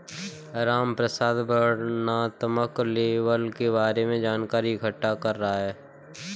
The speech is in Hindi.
रामप्रसाद वर्णनात्मक लेबल के बारे में जानकारी इकट्ठा कर रहा है